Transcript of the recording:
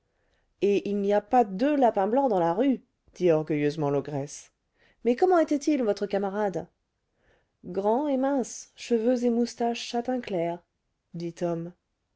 et il n'y a pas deux lapin blanc dans la rue dit orgueilleusement l'ogresse mais comment était-il votre camarade grand et mince cheveux et moustaches châtain clair dit tom